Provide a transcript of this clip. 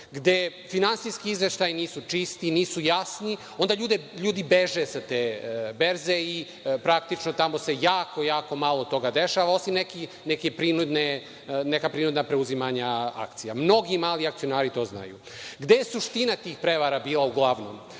gde finansijski izveštaji nisu čisti, nisu jasni, onda ljudi beže sa te berze i praktično tamo se jako, jako malo toga dešava, osim neka prinudna preuzimanja akcija. Mnogi mali akcionari to znaju. Gde je suština tih prevara bila uglavnom?